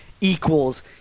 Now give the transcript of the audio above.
equals